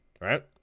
right